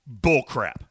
Bullcrap